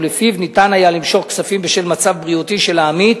ולפיו היה אפשר למשוך כספים בשל מצב בריאותי של העמית